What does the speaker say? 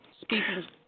speaking